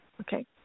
Okay